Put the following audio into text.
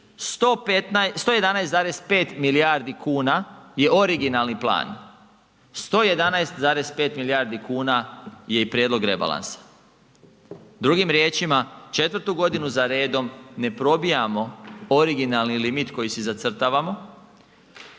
11,5 milijardi kuna je originalni plan, 11,5 milijardi kuna je i prijedlog rebalansa. Drugim riječima, četvrtu godinu za redom ne probijamo originalni limit koji si zacrtavamo.